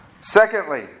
Secondly